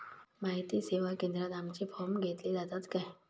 माहिती सेवा केंद्रात आमचे फॉर्म घेतले जातात काय?